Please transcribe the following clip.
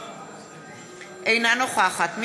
אינה נוכחת יוליה מלינובסקי,